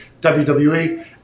WWE